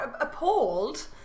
appalled